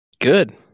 Good